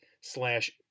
slash